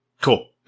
Cool